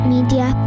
Media